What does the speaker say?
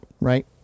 right